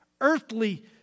earthly